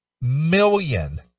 million